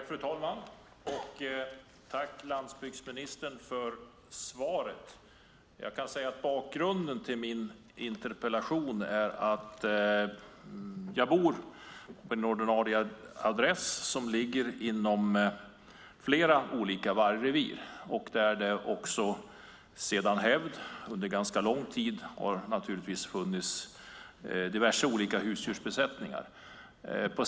Fru talman! Tack, landsbygdsministern, för svaret! Bakgrunden till min interpellation är att jag bor på en adress som ligger inom flera vargrevir. Där har det under ganska lång tid funnits diverse husdjursbesättningar.